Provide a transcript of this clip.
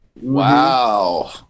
Wow